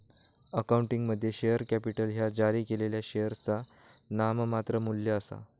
अकाउंटिंगमध्ये, share capital ह्या जारी केलेल्या शेअरचा नाममात्र मू्ल्य आसा